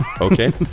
Okay